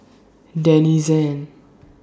Denizen